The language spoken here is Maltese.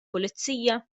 pulizija